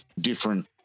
different